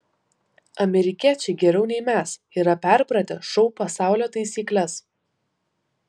amerikiečiai geriau nei mes yra perpratę šou pasaulio taisykles